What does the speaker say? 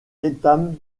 ethan